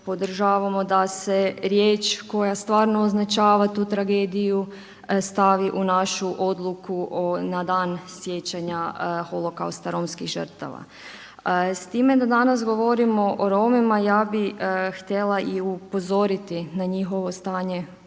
podržavamo da se riječ koja stvarno označava tu tragediju stavi u našu odluku na Dan sjećanja Holokausta romskih žrtava. S time da danas govorimo o Romima ja bih htjela i upozoriti na njihovo stanje